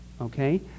okay